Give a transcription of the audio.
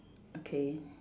okay